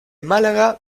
málaga